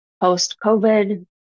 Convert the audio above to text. Post-COVID